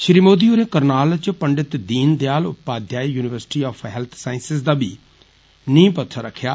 श्री मोदी होरें करनाल च Pandit Deen Dayal Upadhyay university of health science दा बी नींह पत्थर रक्खेआ